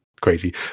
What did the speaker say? crazy